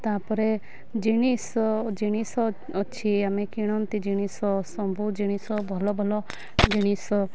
ତା'ପରେ ଜିନିଷ ଜିନିଷ ଅଛି ଆମେ କିଣନ୍ତି ଜିନିଷ ସବୁ ଜିନିଷ ଭଲ ଭଲ ଜିନିଷ